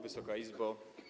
Wysoka Izbo!